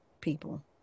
people